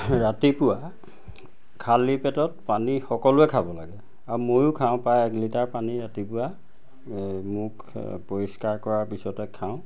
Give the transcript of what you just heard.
ৰাতিপুৱা খালী পেটত পানী সকলোৱে খাব লাগে আৰু ময়ো খাওঁ প্ৰায় এক লিটাৰ পানী ৰাতিপুৱা মুখ পৰিষ্কাৰ কৰাৰ পিছতে খাওঁ